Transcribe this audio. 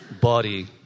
body